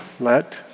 Let